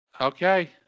Okay